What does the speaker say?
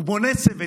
הוא בונה צוות,